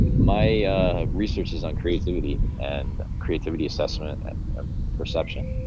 my research is on creativity and creativity assessment and perception.